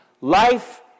life